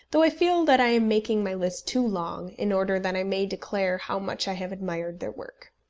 though i feel that i am making my list too long, in order that i may declare how much i have admired their work.